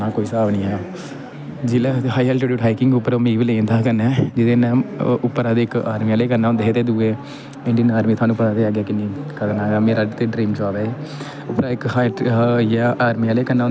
जिसलै high altitude hiking पर लेई जंदा हा कन्नै उप्परां इक आर्मी आह्ले कन्नै होंदे हे ते दूए इंडियन आर्मी थुआनूं पता ते ऐ कि अग्गें कि'न्नी खतरनाक ऐ मेरा ते ड्रीम जाब ऐ एह् उप्परां इक हाई होइया आर्मी आह्ले कन्नै होंदे हे ते दूआ मजा ही बड़ा आंदा हा